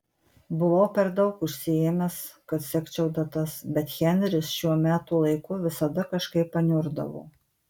buvau per daug užsiėmęs kad sekčiau datas bet henris šiuo metų laiku visada kažkaip paniurdavo